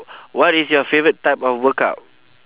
what is your favourite type of workout